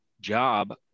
job